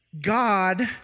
God